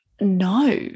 no